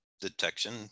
detection